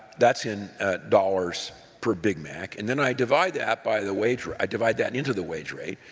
that's in dollars per big mac, and then i divide that by the wage rate, i divide that into the wage rate,